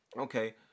Okay